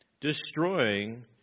Destroying